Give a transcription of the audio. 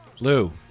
Lou